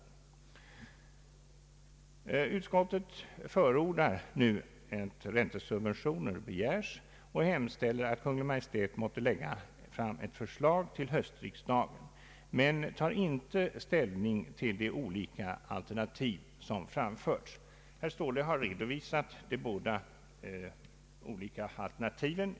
Utskottet förordar nu att räntesubventioner begärs och hemställer att Kungl. Maj:t måtte lägga fram ett förslag till höstriksdagen, men tar inte ställning till de olika alternativ som framförts. Herr Ståhle har redovisat de båda olika alternativen.